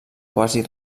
quasi